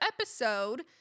episode